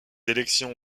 élections